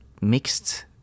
mixed